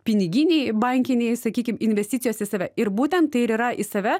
piniginėj bankinėj sakykim investicijos į save ir būtent tai ir yra į save